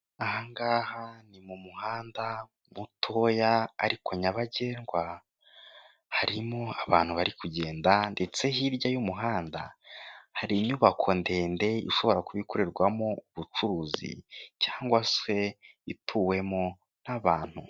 Aha ngaha ni mu muhanda mutoya ariko nyabagendwa harimo abantu bari kugenda ndetse hirya y'umuhanda ,hari inyubako ndende ishobora kuba ikorerwamo ubucuruzi cyangwa se ituwemo n'abantu.